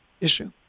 issue